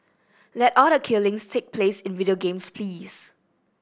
let all the killings take place in video games please